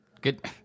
Good